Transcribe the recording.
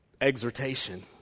exhortation